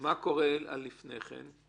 מה קורה לפני כן?